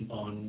on